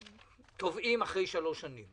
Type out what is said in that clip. אנשים תובעים אחרי שלוש שנים תובעים.